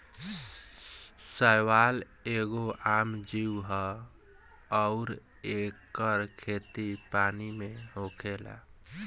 शैवाल एगो आम जीव ह अउर एकर खेती पानी में होला